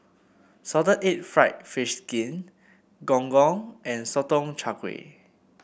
Salted Egg fried fish skin Gong Gong and Sotong Char Kway